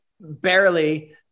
barely